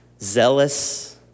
zealous